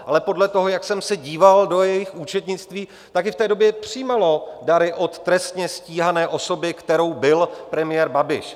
Ale podle toho, jak jsem se díval do jejich účetnictví, tak i v té době přijímalo dary od trestně stíhané osoby, kterou byl premiér Babiš.